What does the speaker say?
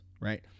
Right